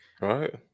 Right